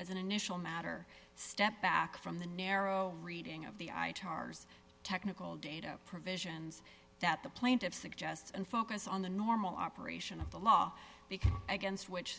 as an initial matter step back from the narrow reading of the i tars technical data provisions that the plaintiffs suggest and focus on the normal operation of the law because against which